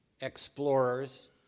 explorers